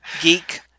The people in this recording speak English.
geek